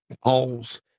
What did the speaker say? holes